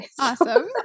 Awesome